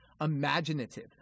imaginative